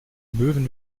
möwen